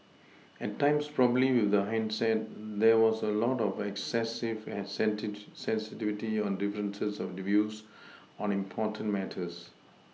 at times probably with hindsight there was a lot of excessive sensitivity on differences of views on important matters